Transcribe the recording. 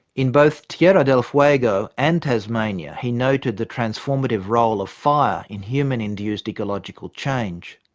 in both tierra del fuego and tasmania, he noted the transformative role of fire in human induced ecological change.